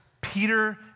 Peter